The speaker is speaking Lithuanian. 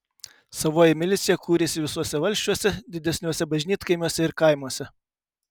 savoji milicija kūrėsi visuose valsčiuose didesniuose bažnytkaimiuose ir kaimuose